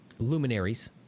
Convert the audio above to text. luminaries